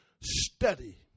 study